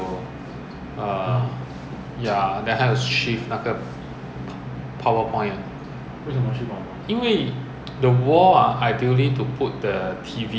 instead of three seater so the design is a bit limiting lah so it just makes sense that that wall suppose to put T_V but then they don't have power point and things there